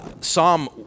Psalm